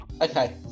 Okay